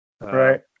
Right